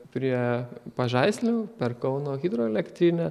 prie pažaislio per kauno hidroelektrinę